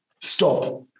stop